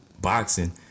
boxing